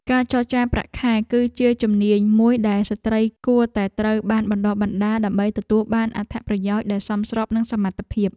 ការចរចាប្រាក់ខែ គឺជាជំនាញមួយដែលស្ត្រីគួរតែត្រូវបានបណ្តុះបណ្តាល ដើម្បីទទួលបានអត្ថប្រយោជន៍ដែលសមស្របនឹងសមត្ថភាព។